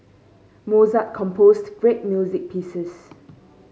Mozart composed great music pieces